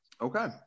okay